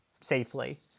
safely